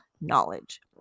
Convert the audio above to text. knowledge